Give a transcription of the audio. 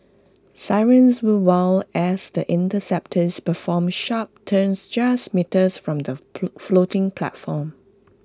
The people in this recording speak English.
sirens will wail as the interceptors perform sharp turns just metres from the floating platform